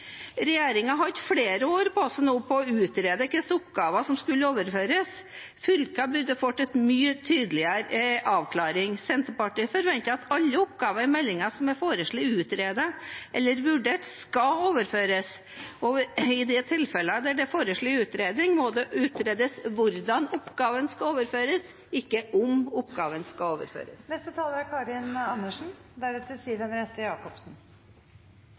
har hatt flere år på seg til å utrede hva slags oppgaver som skulle overføres. Fylker burde fått en mye tydeligere avklaring. Senterpartiet forventer at alle oppgaver i meldingen som er foreslått utredet eller vurdert, skal overføres, og i de tilfeller der det er foreslått utredning, må det utredes hvordan oppgaven skal overføres, ikke om oppgaven skal overføres.